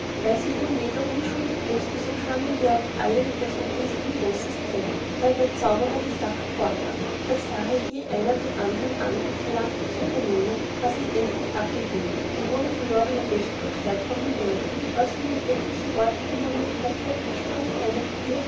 weil sich nun jeder unschuldig wußte so kamen wir auch alle lustig in des obristen großes zelt da der zauberer die sache vornahm da sahe je einer den andern an und verlangte zu vernehmen was es endlich abgeben und wo der verlorne becher doch herkommen würde als er nun etliche worte gemurmelt hatte sprangen einem hier